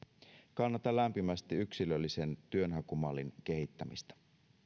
kannatan lämpimästi yksilöllisen työnhakumallin kehittämistä